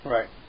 Right